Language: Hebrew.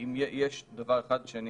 אם יש דבר אחד שאני